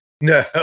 No